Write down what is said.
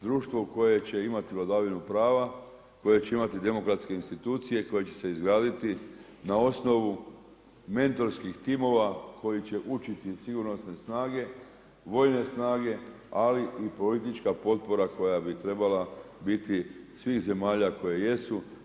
Društvo koje će imati vladavinu prava, koje će imati demokratske institucije, koje će se izgraditi na osnovu mentorskih timova koji će učiti sigurnosne snage, vojne snage, ali i politička potpora koja bi trebala biti svih zemalja koje jesu.